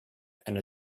and